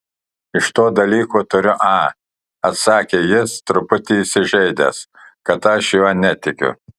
iš to dalyko turiu a atsakė jis truputį įsižeidęs kad aš juo netikiu